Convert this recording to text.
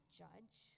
judge